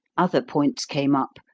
other points came up,